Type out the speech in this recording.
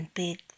big